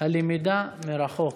הלמידה מרחוק.